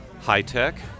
high-tech